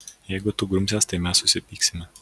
jeigu tu grumsies tai mes susipyksime